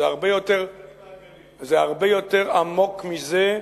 זה הרבה יותר עמוק מזה,